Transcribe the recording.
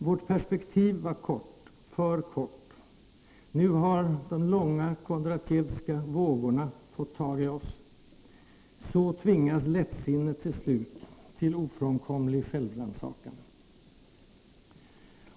Vårt perspektiv var kort, för kort. Nu har de långa, Kondratievska, vågorna fått tag i oss. Så tvingas lättsinnet till slut till ofrånkomlig självrannsakan.